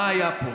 מה היה פה.